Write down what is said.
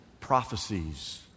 prophecies